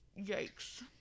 yikes